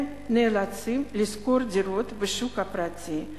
הם נאלצים לשכור דירות בשוק הפרטי.